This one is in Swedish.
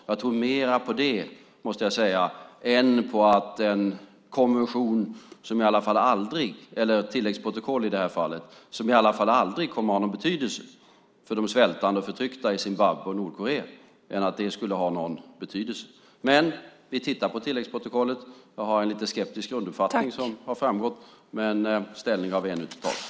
Jag tror mer på det än på ett tilläggsprotokoll som aldrig kommer att ha någon betydelse för de svältande och förtryckta i Zimbabwe och Nordkorea. Vi tittar på tilläggsprotokollet. Jag har en något skeptisk grunduppfattning, vilket har framgått, men vi har ännu inte tagit ställning.